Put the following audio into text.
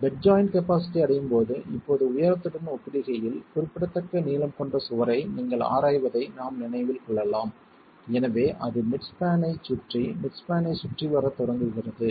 bed joint capacity அடையும் போது இப்போது உயரத்துடன் ஒப்பிடுகையில் குறிப்பிடத்தக்க நீளம் கொண்ட சுவரை நீங்கள் ஆராய்வதை நாம் நினைவில் கொள்கிறோம் எனவே அது மிட் ஸ்பான் ஐச் சுற்றி மிட் ஸ்பான் ஐச் சுற்றி வரத் தொடங்குகிறது